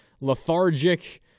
lethargic